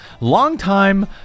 longtime